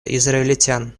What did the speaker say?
израильтян